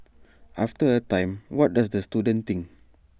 after A time what does the student think